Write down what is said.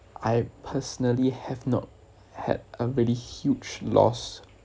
I personally have not had a very huge loss